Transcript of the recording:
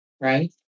right